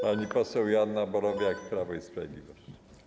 Pani poseł Joanna Borowiak, Prawo i Sprawiedliwość.